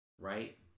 Right